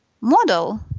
model